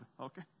okay